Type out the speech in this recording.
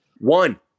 One